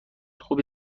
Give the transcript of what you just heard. خوبی